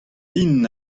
int